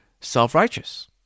self-righteous